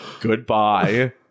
Goodbye